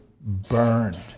burned